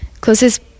closest